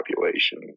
population